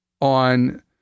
on